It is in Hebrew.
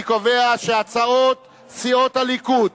אני קובע שהצעות סיעות הליכוד,